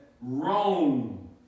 Rome